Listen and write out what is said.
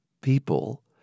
people